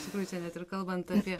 iš tikrųjų čia net ir kalbant apie